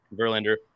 Verlander